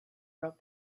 wrote